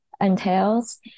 entails